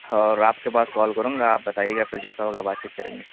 اور آپ کے پاس کال کروں گا آپ بتائیے گا پھر جیسا ہوگا بات چیت کریں گے